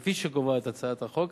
כפי שקובעת הצעת החוק,